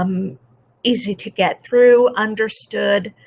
um easy to get through, understood,